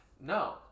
no